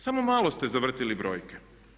Samo malo ste zavrtili brojke.